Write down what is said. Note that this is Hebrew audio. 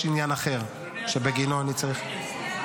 יש עניין אחר שבגינו אני צריך --- אדוני השר,